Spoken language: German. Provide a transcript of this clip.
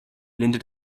lehnte